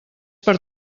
per